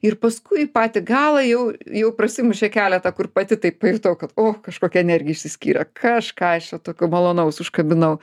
ir paskui į patį galą jau jau prasimušė keletą kur pati taip pajutau kad o kažkokia energija išsiskyrė kažką aš čia tokio malonaus užkabinau